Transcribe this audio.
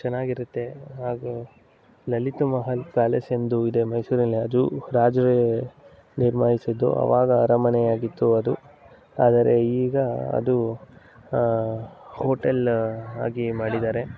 ಚೆನ್ನಾಗಿರುತ್ತೆ ಹಾಗೂ ಲಲಿತ ಮಹಲ್ ಪ್ಯಾಲೇಸ್ ಎಂದು ಇದೆ ಮೈಸೂರಲ್ಲಿಅದು ರಾಜರೇ ನಿರ್ಮಾಯಿಸಿದ್ದು ಆವಾಗ ಅರಮನೆಯಾಗಿತ್ತು ಅದು ಆದರೆ ಈಗ ಅದು ಹೋಟೆಲ್ ಆಗಿ ಮಾಡಿದ್ದಾರೆ